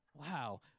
Wow